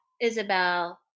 isabel